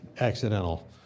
accidental